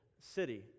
city